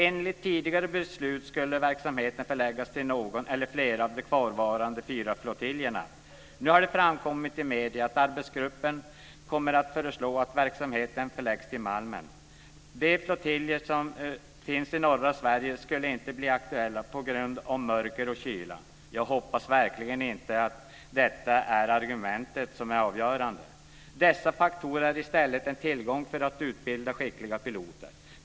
Enligt tidigare beslut skulle denna verksamhet förläggas till något eller flera av de kvarvarande fyra flottiljerna. Nu har det framkommit i medierna att arbetsgruppen kommer att föreslå att verksamheten förläggs till Malmen. De flottiljer som finns i norra Sverige skulle inte bli aktuella på grund av mörker och kyla. Jag hoppas verkligen att detta inte är ett argument som är avgörande. Dessa faktorer är i stället en tillgång för att utbilda skickliga piloter.